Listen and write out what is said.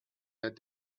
that